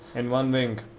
and one wing,